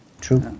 True